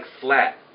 flat